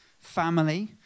family